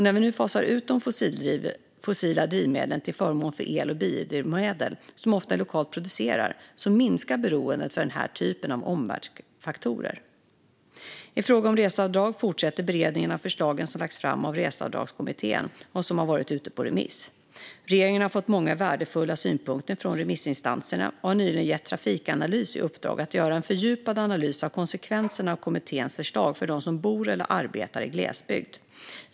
När vi nu fasar ut de fossila drivmedlen till förmån för el och biodrivmedel, som ofta produceras lokalt, minskar beroendet av den här typen av omvärldsfaktorer. I fråga om reseavdrag fortsätter beredningen av förslagen som lagts fram av Reseavdragskommittén och som har varit ute på remiss. Regeringen har fått många värdefulla synpunkter från remissinstanserna och har nyligen gett Trafikanalys i uppdrag att göra en fördjupad analys av konsekvenserna av kommitténs förslag för dem som bor eller arbetar i glesbygd.